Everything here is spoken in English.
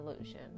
illusion